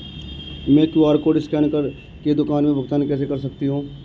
मैं QR code scan कर के दुकान में भुगतान कैसे कर सकती हूँ?